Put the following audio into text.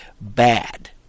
bad